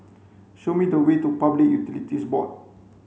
show me the way to Public Utilities Board